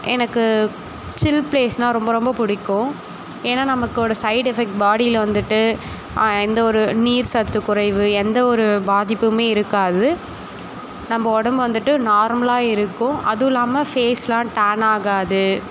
எனக்கு சில் ப்ளேஸ்னால் ரொம்ப ரொம்ப பிடிக்கும் ஏன்னா நமக்கோட சைட் எஃபெக்ட் பாடியில் வந்துட்டு எந்த ஒரு நீர்சத்து குறைவு எந்த ஒரு பாதிப்புமே இருக்காது நம்ம உடம்பு வந்துட்டு நார்மலாக இருக்கும் அதுவுல்லாமல் ஃபேஸ்லாம் டேன் ஆகாது